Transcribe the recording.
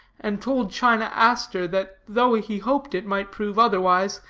and told china aster that, though he hoped it might prove otherwise,